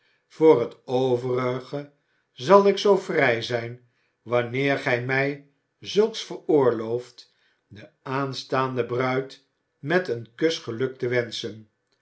voor het overige zal ik zoo vrij zijn wanneer gij mij zulks veroorlooft de aanstaande bruid met een kus geluk te wenschen